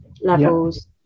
levels